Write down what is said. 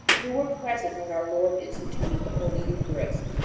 who were present when our lord instituted the holy eucharist?